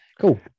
cool